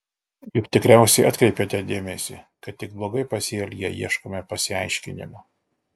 juk tikriausiai atkreipėte dėmesį kad tik blogai pasielgę ieškome pasiaiškinimų